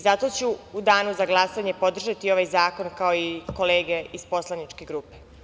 Zato ću u Danu za glasanje podržati ovaj zakon, kao i kolege iz poslaničke grupe.